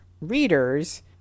readers